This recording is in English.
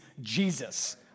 Jesus